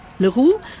Leroux